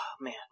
man